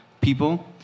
people